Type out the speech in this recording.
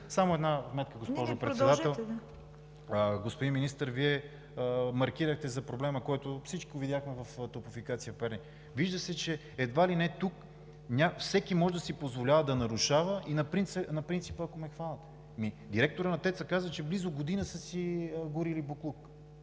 Само една вметка, госпожо Председател. Господин Министър, Вие маркирахте за проблема, който всички видяхме в „Топлофикация – Перник“. Вижда се, че едва ли не тук всеки може да си позволява да нарушава и на принципа „Ако ме хванат“. Директорът на ТЕЦ-а каза, че близо година са си горили боклук